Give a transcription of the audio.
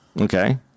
Okay